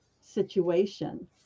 situation